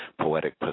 poetic